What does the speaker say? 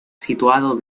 situado